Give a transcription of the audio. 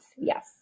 Yes